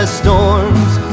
storms